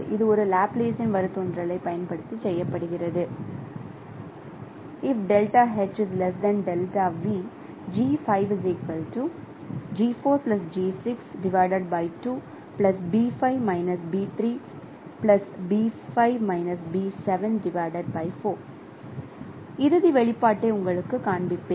இது லாப்லாசியன் வழித்தோன்றல் ஐப் பயன்படுத்தி செய்யப்படுகிறது இறுதி வெளிப்பாட்டை உங்களுக்குக் காண்பிப்பேன்